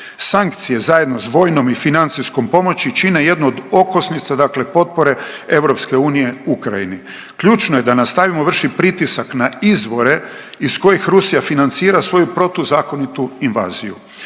Sankcije zajedno s vojnom i financijskom pomoći čine jednu od okosnica dakle potpore EU Ukrajini. Ključno je da nastavimo vršit pritisak na izvore iz kojih Rusija financira svoju protuzakonitu invaziju.